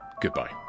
goodbye